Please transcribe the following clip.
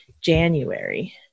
January